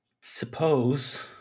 suppose